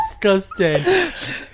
disgusting